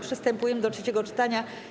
Przystępujemy do trzeciego czytania.